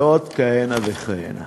ועוד כהנה וכהנה.